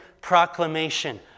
proclamation